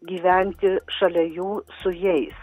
gyventi šalia jų su jais